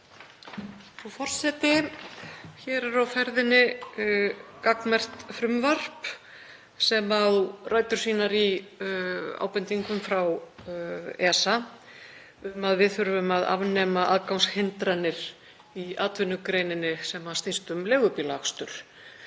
Frú forseti. Hér er á ferðinni gagnmerkt frumvarp sem á rætur sínar í ábendingum frá ESA um að við þurfum að afnema aðgangshindranir í atvinnugreininni sem snýst um leigubílaakstur